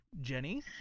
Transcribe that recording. Jenny